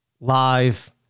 live